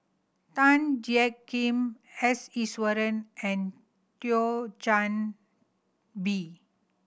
Tan Jiak Kim S Iswaran and Thio Chan Bee